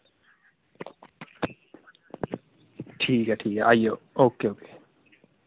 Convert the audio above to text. ठीक ऐ ठीक ऐ आई जाओ ओके ओके